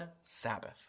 Sabbath